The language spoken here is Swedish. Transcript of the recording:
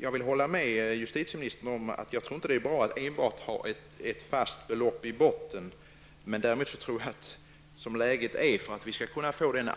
Jag håller med justitieministern om att det inte är bra med enbart ett fast belopp i botten. För att vi skall kunna få en